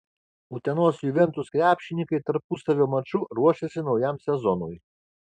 utenos juventus krepšininkai tarpusavio maču ruošiasi naujam sezonui